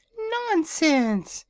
nonsense!